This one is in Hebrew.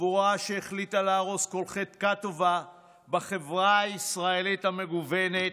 חבורה שהחליטה להרוס כל חלקה טובה בחברה הישראלית המגוונת